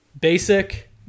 basic